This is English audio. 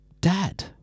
dad